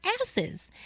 asses